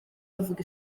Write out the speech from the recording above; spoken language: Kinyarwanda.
bavuga